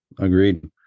agreed